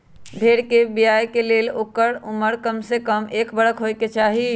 भेड़ कें बियाय के लेल ओकर उमर कमसे कम एक बरख होयके चाही